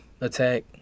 attack